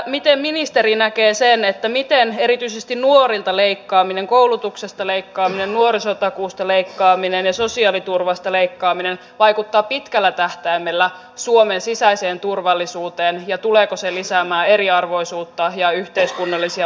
miten ministeri näkee sen miten erityisesti nuorilta leikkaaminen koulutuksesta leikkaaminen nuorisotakuusta leikkaaminen ja sosiaaliturvasta leikkaaminen vaikuttavat pitkällä tähtäimellä suomen sisäiseen turvallisuuteen ja tuleeko se lisäämään eriarvoisuutta ja yhteiskunnallisia vastakkainasetteluita